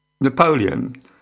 Napoleon